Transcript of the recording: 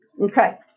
Okay